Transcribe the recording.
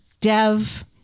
Dev